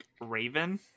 raven